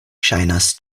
ŝajnas